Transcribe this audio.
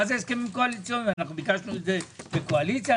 ביקשנו את זה כקואליציה?